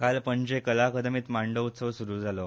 काल पणजे कला अकादमींत मांडो उत्सव सुरू जालो